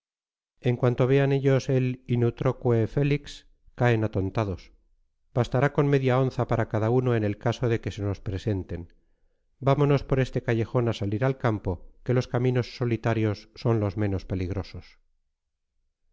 en cuanto vean ellos el in utroque felix caen atontados bastará con media onza para cada uno en el caso de que se nos presenten vámonos por este callejón a salir al campo que los caminos solitarios son los menos peligrosos